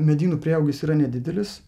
medynų prieaugis yra nedidelis